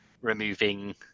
removing